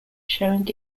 showing